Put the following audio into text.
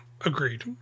agreed